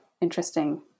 interesting